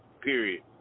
period